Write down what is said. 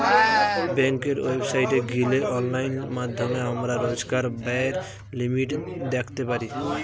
বেংকের ওয়েবসাইটে গিলে অনলাইন মাধ্যমে আমরা রোজকার ব্যায়ের লিমিট দ্যাখতে পারি